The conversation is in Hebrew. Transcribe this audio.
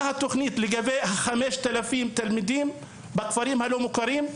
מה התוכנית לגבי 5,000 הילדים בכפרים הלא מוכרים?